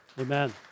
Amen